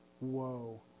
Whoa